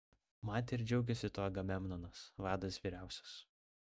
matė ir džiaugėsi tuo agamemnonas vadas vyriausias